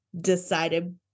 decided